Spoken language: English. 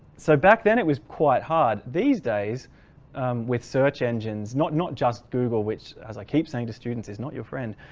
so back then it was quite hard these days with search engines not not just google, which as i keep saying to students is not your friend,